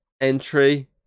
entry